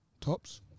Tops